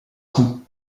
cou